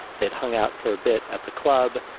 they'd hung out for a bit at the club.